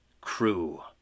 crew